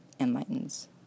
enlightens